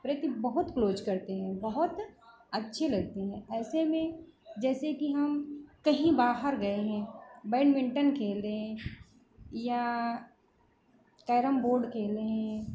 प्रति बहुत क्लोज करते हैं बहुत अच्छे लगते हैं ऐसे में जैसे कि हम कहीं बाहर गए हैं बैडमिन्टन खेल रहे हैं या कैरम बोर्ड खेल रहे हैं